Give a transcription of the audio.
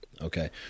Okay